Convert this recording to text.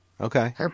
Okay